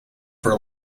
for